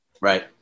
Right